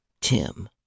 Tim